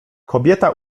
kobieta